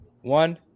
One